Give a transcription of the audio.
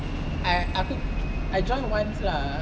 I aku I join once lah